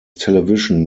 television